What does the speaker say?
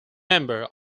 member